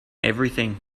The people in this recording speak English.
everything